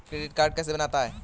Credit card कैसे बनता है?